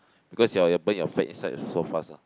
because your your burn your fat inside is so fast ah